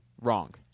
Wrong